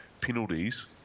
penalties